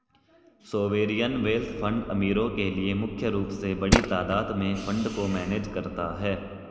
sovereign wealth fund अमीरो के लिए मुख्य रूप से बड़ी तादात में फंड को मैनेज करता है